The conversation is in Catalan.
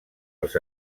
els